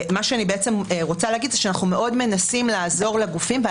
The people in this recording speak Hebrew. מה שאני רוצה להגיד הוא שאנחנו מאוד מנסים לעזור לגופים.